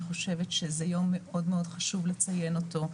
אני חושבת שזה יום מאוד חשוב לציין אותו,